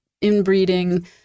inbreeding